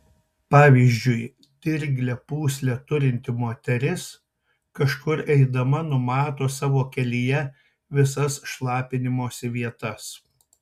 pavyzdžiui dirglią pūslę turinti moteris kažkur eidama numato savo kelyje visas šlapinimosi vietas